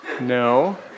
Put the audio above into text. No